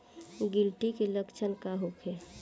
गिलटी के लक्षण का होखे?